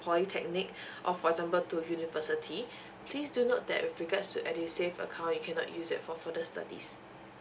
polytechnic or for example to university please do note that with regards to edusave account you cannot use it for further studies